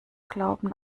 glauben